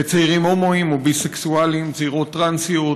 צעירים הומואים או ביסקסואלים, צעירות טרנסיות,